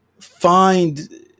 find